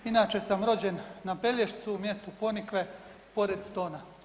Inače sam rođen na Pelješcu mjesto Ponikve pored Stona.